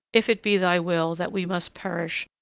if it be thy will that we must perish,